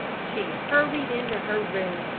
she hurried into her room,